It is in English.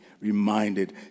reminded